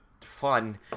fun